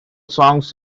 songs